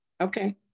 Okay